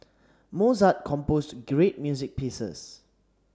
Mozart composed great music pieces